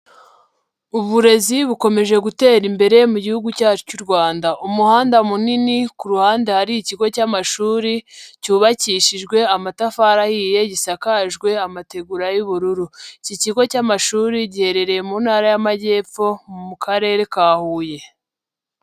Uburezi bukomeje gutera imbere mu gihugu cyacu cy'u Rwanda, umuhanda munini ku ruhande hari ikigo cy'amashuri cyubakishijwe amatafari ahiye gisakajwe amategura y'ubururu, iki kigo cy'amashuri giherereye mu ntara y'amajyepfo mu karere ka Huye.